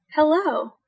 Hello